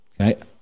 Okay